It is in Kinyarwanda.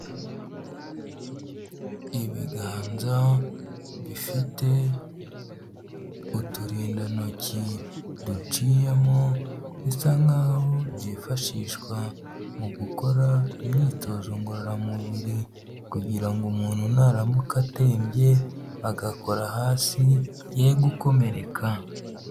Ibiganza bifite uturindantoki duciyemo, bisa nk'aho byifashishwa mu gukora imyitozo ngororamubiri. Kugira ngo umuntu naramuka atembye agakora hasi, ye gukomereka.